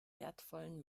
wertvollen